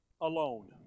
alone